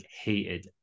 hated